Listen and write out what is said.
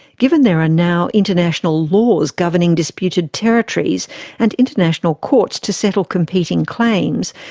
given there are now international laws governing disputed territories and international courts to settle competing claims,